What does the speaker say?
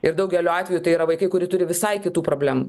ir daugeliu atveju tai yra vaikai kurie turi visai kitų problemų